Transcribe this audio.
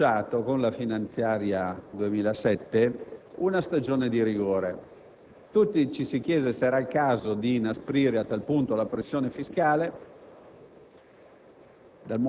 Aveva annunciato con la finanziaria 2007 una stagione di rigore; tutti ci siamo chiesti se era il caso di inasprire così la pressione fiscale,